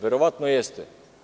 Verovatno jeste.